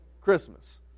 christmas